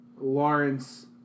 Lawrence